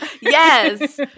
yes